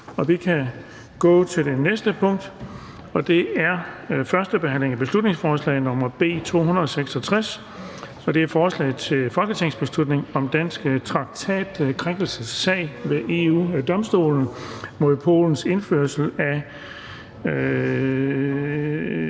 2021. --- Det sidste punkt på dagsordenen er: 3) 1. behandling af beslutningsforslag nr. B 266: Forslag til folketingsbeslutning om dansk traktatkrænkelsessag ved EU-Domstolen mod Polens indførsel af